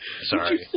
Sorry